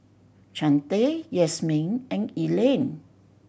Chante Yasmeen and Elaine